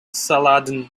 saladin